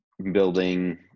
building